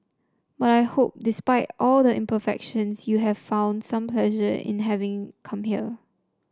but I hope despite all the imperfections you have found some pleasure in having come here